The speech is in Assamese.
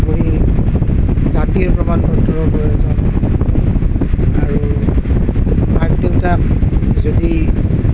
তাৰোপৰি জাতিৰ প্ৰমাণ পত্ৰৰো প্ৰয়োজন আৰু মাক দেউতাক যদি